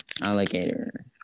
alligator